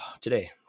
today